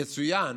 יצוין